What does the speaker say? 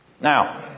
Now